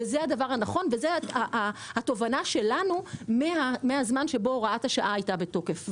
שזו התובנה שלנו מהזמן שבו הוראת השעה הייתה בתוקף.